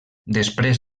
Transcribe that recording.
després